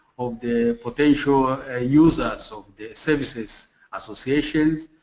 of the potential ah ah user so of services associations.